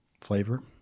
flavor